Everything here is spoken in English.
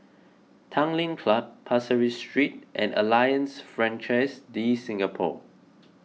Tanglin Club Pasir Ris Street and Alliance Francaise De Singapour